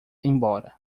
embora